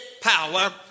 power